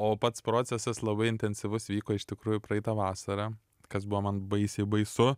o pats procesas labai intensyvus vyko iš tikrųjų praeitą vasarą kas buvo man baisiai baisu